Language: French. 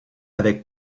avec